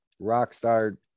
Rockstar